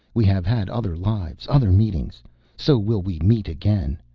we have had other lives, other meetings so will we meet again.